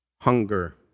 hunger